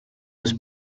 was